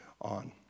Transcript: on